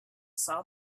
saw